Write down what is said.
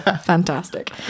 Fantastic